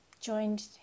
joined